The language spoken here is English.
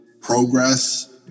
progress